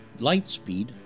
Lightspeed